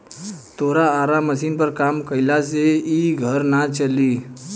तोरा आरा मशीनी पर काम कईला से इ घर ना चली